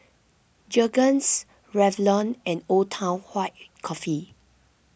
Jergens Revlon and Old Town White Coffee